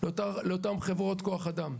לאותן חברות כוח אדם,